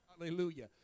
Hallelujah